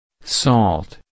Salt